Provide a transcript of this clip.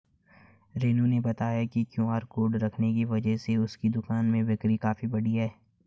रानू ने बताया कि क्यू.आर कोड रखने की वजह से उसके दुकान में बिक्री काफ़ी बढ़ी है